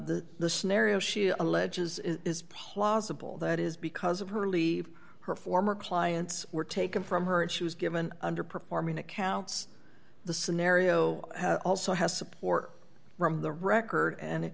the the scenario she alleges is plausible that is because of her leave her former clients were taken from her and she was given under performing accounts the scenario also has support from the record and